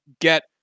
get